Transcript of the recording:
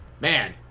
Man